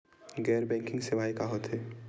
गैर बैंकिंग सेवाएं का होथे?